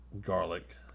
garlic